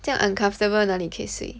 这样 uncomfortable 哪里可以睡